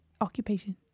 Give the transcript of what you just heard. occupation